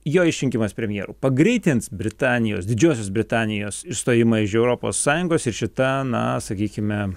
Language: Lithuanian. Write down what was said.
jo išrinkimas premjeru pagreitins britanijos didžiosios britanijos išstojimą iš europos sąjungos ir šita na sakykime